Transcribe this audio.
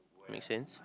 makes sense